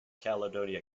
caledonia